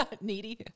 needy